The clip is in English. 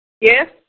Yes